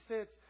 sits